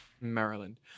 Maryland